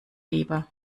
lieber